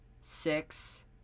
six